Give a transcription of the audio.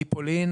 מפולין